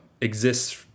exists